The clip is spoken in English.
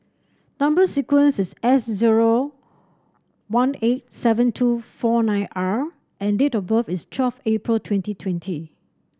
number sequence is S zero one eight seven two four nine R and date of birth is twelve April twenty twenty